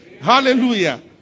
Hallelujah